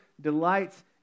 delights